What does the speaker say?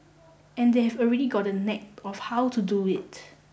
and they've already got the knack of how to do it